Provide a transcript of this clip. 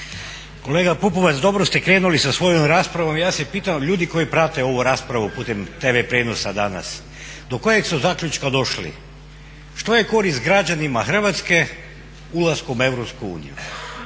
Kolega Pupovac, dobro ste krenuli sa svojom raspravom. Ja se pitam od ljudi koji prate ovu raspravu putem tv prijenosa danas do kojeg su zaključka došli, što je korist građanima Hrvatske ulaskom u